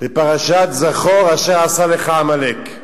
לפרשת "זכור אשר עשה לך עמלק".